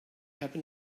happen